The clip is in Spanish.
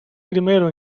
primero